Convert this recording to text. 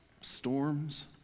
storms